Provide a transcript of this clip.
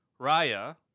Raya